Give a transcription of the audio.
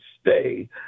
stay